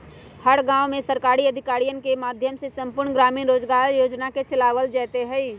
हर गांव में सरकारी अधिकारियन के माध्यम से संपूर्ण ग्रामीण रोजगार योजना के चलावल जयते हई